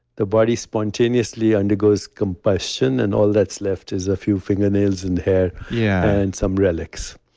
the body spontaneously undergoes combustion, and all that's left is a few fingernails and hair, yeah and some relics.